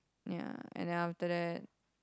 ya and after that